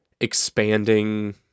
expanding